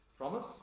Promise